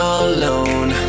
alone